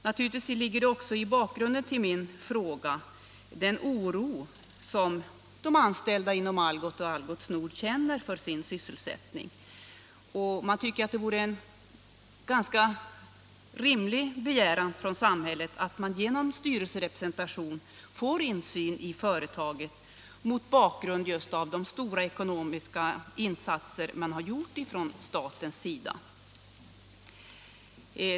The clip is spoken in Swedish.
Naturligtvis ligger också bakom min fråga den oro som de anställda i Algots Nord och Algot känner för sin sysselsättning. Men jag tycker att det vore en ganska rimlig begäran att samhället genom styrelserepresentanter får insyn i företag mot bakgrund av just de stora ekonomiska insatser som har gjorts från statens sida.